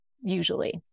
usually